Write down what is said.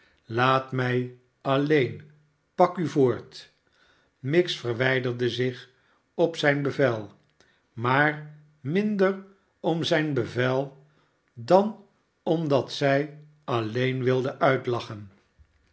laat mij alleen pak u voort miggs verwijderde zich op zijn bevel maar minder om zijn bevel dan omdat zij alleen wilde uitlachen